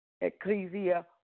ecclesia